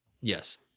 yes